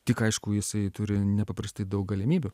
tik aišku jisai turi nepaprastai daug galimybių